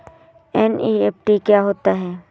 NEFT क्या होता है?